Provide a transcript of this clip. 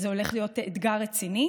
זה הולך להיות אתגר רציני.